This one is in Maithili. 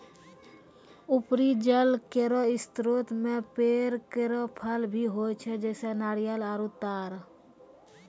उपरी जल केरो स्रोत म पेड़ केरो फल भी होय छै, जैसें नारियल आरु तार